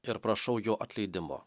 ir prašau jo atleidimo